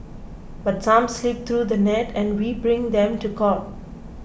but some slip through the net and we bring them to court